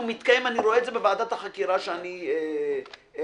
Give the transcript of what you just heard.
אני רואה את זה בוועדת החקירה שאני מנהל,